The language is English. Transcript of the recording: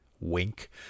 wink